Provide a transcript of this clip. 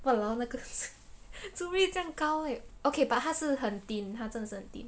!walao! 那个 zirui 这样高 eh okay but 他是很 thin 他真的是很 thin